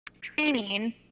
training